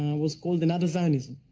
was called another zionism.